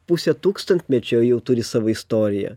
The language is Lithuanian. pusė tūkstantmečio jau turi savo istoriją